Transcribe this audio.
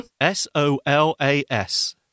S-O-L-A-S